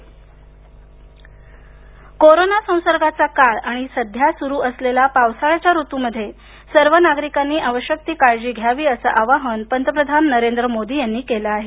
मोदी पावसाळा कोरोना संसर्गाचा काळ आणि सध्या सुरू असलेला पावसाळ्याच्या ऋतूमध्ये सर्व नागरिकांनी आवश्यक काळजी घ्यावी अस आवाहन पंतप्रधान नरेंद्र मोदी यांनी केल आहे